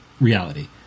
reality